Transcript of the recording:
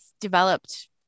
developed